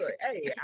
hey